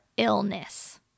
Illness